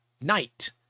night